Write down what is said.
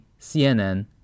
CNN